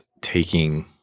taking